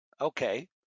Okay